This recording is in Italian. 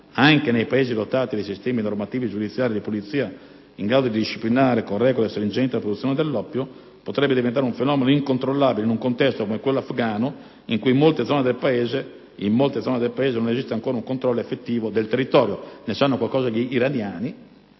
anche nei Paesi dotati di sistemi normativi, giudiziari e di polizia in grado di disciplinare con regole stringenti la produzione dell'oppio, potrebbe diventare un fenomeno incontrollabile in un contesto, come quello afgano, in cui in molte zone del Paese non esiste ancora un controllo effettivo del territorio. Ne sanno qualcosa gli iraniani,